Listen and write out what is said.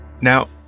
Now